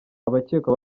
abakekwa